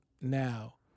Now